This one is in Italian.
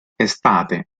estate